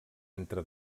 entre